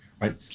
right